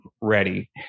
ready